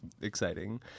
Exciting